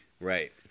right